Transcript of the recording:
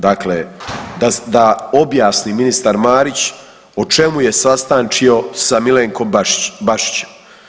Dakle, da objasni ministar Marić o čemu je sastančio sa Milenkom Bašićem.